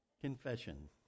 Confession